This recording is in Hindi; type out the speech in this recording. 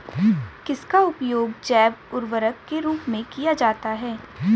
किसका उपयोग जैव उर्वरक के रूप में किया जाता है?